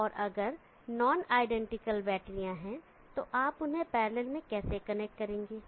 और अगर non identical बैटरीया हैं तो आप उन्हें पैरेलल में कैसे कनेक्ट करेंगे